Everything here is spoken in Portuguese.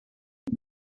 uma